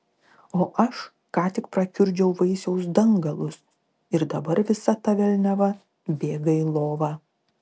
o aš ką tik prakiurdžiau vaisiaus dangalus ir dabar visa ta velniava bėga į lovą